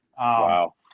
Wow